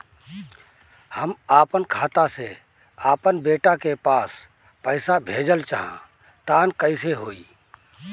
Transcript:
हम आपन खाता से आपन बेटा के पास पईसा भेजल चाह तानि कइसे होई?